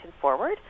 forward